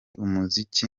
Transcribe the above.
umuziki